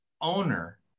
owner